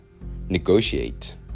negotiate